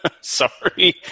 Sorry